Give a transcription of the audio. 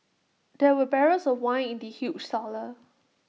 there were barrels of wine in the huge cellar